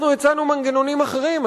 אנחנו הצענו מנגנונים אחרים,